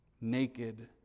naked